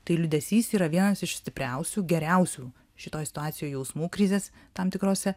tai liūdesys yra vienas iš stipriausių geriausių šitoj situacijoj jausmų krizės tam tikruose